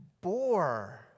bore